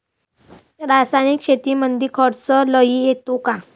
रासायनिक शेतीमंदी खर्च लई येतो का?